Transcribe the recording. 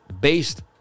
based